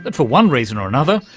but for one reason or another,